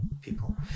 people